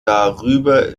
darüber